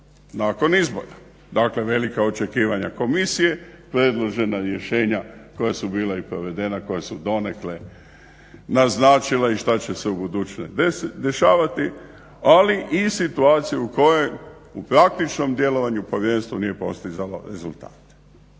nakon izbora. Dakle, velika očekivanja komisije, predložena rješenja koja su bila i provedena, koja su donekle naznačila i šta će se u budućnosti dešavati ali i situaciju u kojoj u praktičnom djelovanju povjerenstvo nije postizalo rezultate.